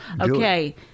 Okay